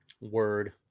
Word